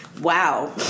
wow